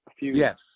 Yes